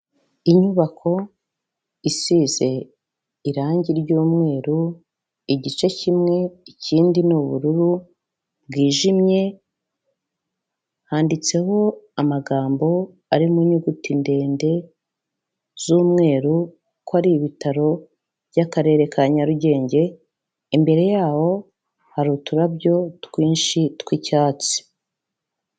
Inyubako isize irangi ry'umweru igice kimwe ikindi ni ubururu bwijimye, handitseho amagambo arimo inyuguti ndende z'umweru ko ari Ibitaro by'Akarere ka Nyarugenge, imbere yaho hari uturabyo twinshi tw'icyatsi.